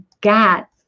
got